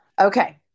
Okay